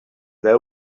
their